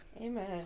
Amen